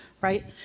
right